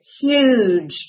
huge